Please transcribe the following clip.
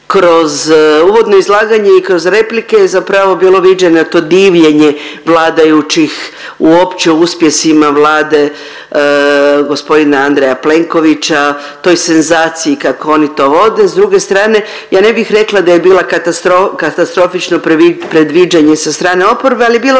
Kroz uvodno izlaganje i kroz replike zapravo je bilo viđeno to divljenje vladajućih uopće u uspjesima Vlade gospodina Andreja Plenkovića, toj senzaciji kako oni to vode. S druge strane ja ne bih rekla da je bilo katastrofično predviđanje sa strane oporbe, ali je bilo